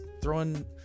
throwing